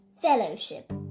Fellowship